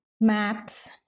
maps